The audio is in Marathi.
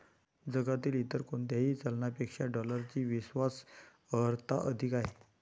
जगातील इतर कोणत्याही चलनापेक्षा डॉलरची विश्वास अर्हता अधिक आहे